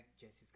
Jesse's